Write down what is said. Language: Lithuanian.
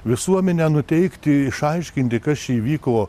visuomenę nuteikti išaiškinti kas čia įvyko